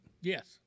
Yes